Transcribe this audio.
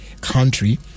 country